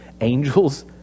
angels